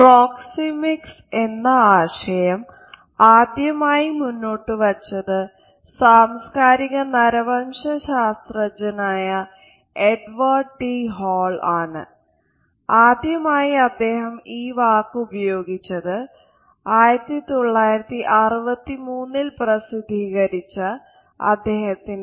proxemics എന്ന ആശയം ആദ്യമായി മുന്നോട്ട് വച്ചത് സാംസ്കാരിക നരവംശ ശാസ്ത്രജ്ഞനായ എഡ്വേഡ് ടി ഹാൾ എന്ന പുസ്തകത്തിലാണ്